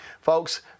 folks